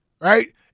Right